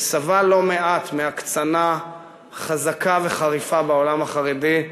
וסבל לא מעט מהקצנה חזקה וחריפה בעולם החרדי,